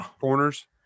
corners